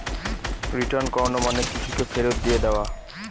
return করানো মানে কিছুকে ফেরত দিয়ে দেওয়া